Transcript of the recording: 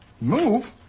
Move